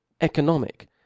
economic